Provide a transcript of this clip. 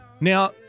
Now